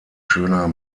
schöner